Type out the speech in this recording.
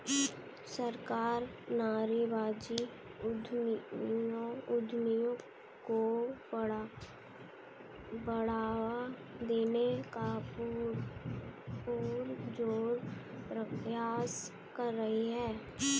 सरकार नारीवादी उद्यमियों को बढ़ावा देने का पुरजोर प्रयास कर रही है